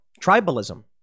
tribalism